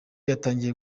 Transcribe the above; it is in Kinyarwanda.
yatangiye